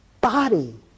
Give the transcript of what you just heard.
body